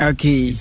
Okay